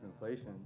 inflation